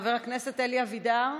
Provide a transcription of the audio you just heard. חבר הכנסת אלי אבידר,